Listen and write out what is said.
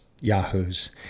yahoos